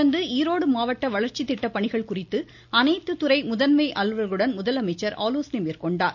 தொடர்ந்து ஈரோடு மாவட்ட வளர்ச்சி திட்ட பணிகள் குறித்து அனைத்து துறை முதன்மை அலுவலர்களுடன் முதலமைச்சர் ஆலோசனை மேற்கொண்டார்